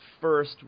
first